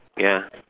ya